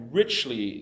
richly